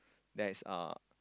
there is uh